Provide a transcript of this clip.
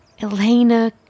Elena